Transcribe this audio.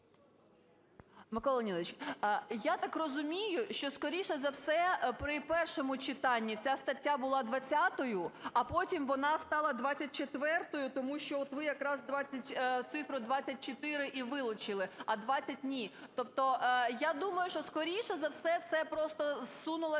Микола Леонідовичу, я так розумію, що, скоріше за все, при першому читанні ця стаття була 20-ю, а потім вона стала 24-ю. Тому що от ви якраз цифру "24" і вилучили, а "20" – ні. Тобто я думаю, що, скоріше за все, це просто зсунулася